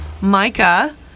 Micah